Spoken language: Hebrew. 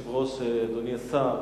אדוני היושב-ראש, אדוני השר,